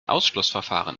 ausschlussverfahren